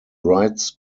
rights